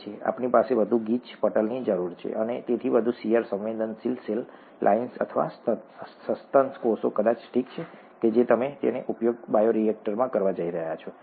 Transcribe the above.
આપણી પાસે વધુ ગીચ પટલની જરૂર છે અને તેથી વધુ શીયર સંવેદનશીલ સેલ લાઇન્સ અથવા સસ્તન કોષો કદાચ ઠીક છે જો તમે તેનો ઉપયોગ બાયોરિએક્ટરમાં કરવા જઈ રહ્યા છો ખરું